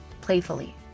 playfully